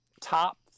top